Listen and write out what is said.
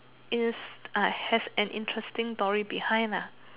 in has an interesting story behind